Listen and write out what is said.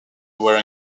were